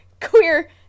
queer